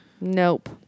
Nope